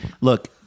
Look